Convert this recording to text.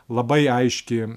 labai aiški